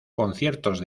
conciertos